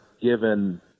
given